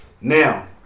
Now